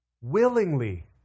willingly